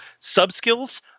subskills